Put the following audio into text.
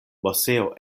moseo